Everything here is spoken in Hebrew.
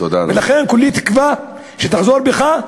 ולכן כולי תקווה שתחזור בך,